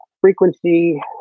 frequency